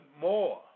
more